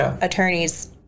attorneys